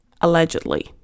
Allegedly